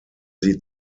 sie